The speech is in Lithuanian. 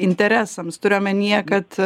interesams turiu omenyje kad